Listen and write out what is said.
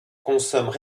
consomment